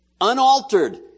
Unaltered